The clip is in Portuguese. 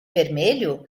vermelho